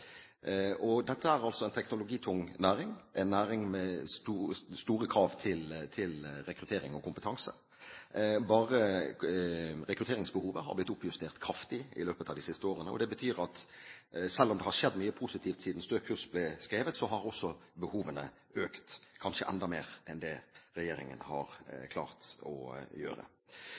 Dette er altså en teknologitung næring, en næring med store krav til rekruttering og kompetanse. Bare rekrutteringsbehovet har blitt oppjustert kraftig i løpet av de siste årene, og det betyr at selv om det har skjedd mye positivt siden Stø kurs ble skrevet, så har også behovene økt, kanskje enda mer enn det regjeringen har klart å gjøre.